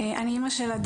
אני אמא של ה',